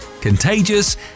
contagious